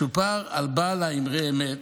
מסופר על בעל ה"אמרי אמת",